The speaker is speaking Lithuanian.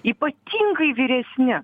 ypatingai vyresni